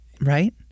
Right